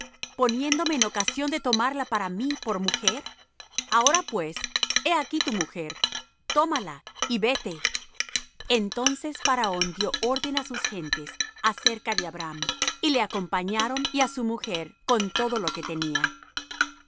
poniéndome en ocasión de tomarla para mí por mujer ahora pues he aquí tu mujer tómala y vete entonces faraón dió orden á sus gentes acerca de abram y le acompañaron y á su mujer con todo lo que tenía